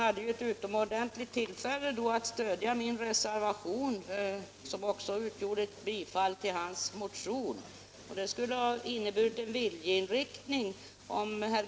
Då hade han ett utomordentligt tillfälle att stödja min förslag i Boråsregionen hade detta inneburit en viljeinriktning.